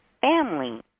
family